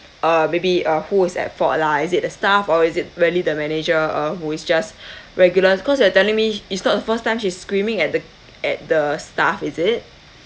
uh maybe uh who is at fault lah is it the staff or is it really the manager uh who is just regulars because you're telling me it's not the first time she's screaming at the at the staff is it